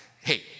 hey